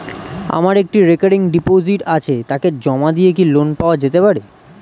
আমার একটি recurring deposit আছে তাকে জমা দিয়ে কি লোন পাওয়া যেতে পারে?